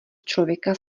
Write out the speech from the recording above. člověka